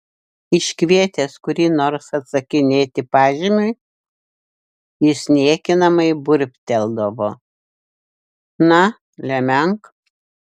iškvietęs kurį nors atsakinėti pažymiui jis niekinamai burbteldavo na lemenk